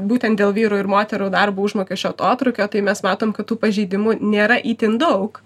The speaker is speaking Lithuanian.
būtent dėl vyrų ir moterų darbo užmokesčio atotrūkio tai mes matom kad tų pažeidimų nėra itin daug